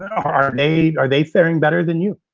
are they are they fairing better than you?